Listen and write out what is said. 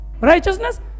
Righteousness